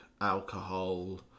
alcohol